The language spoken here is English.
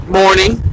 morning